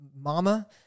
mama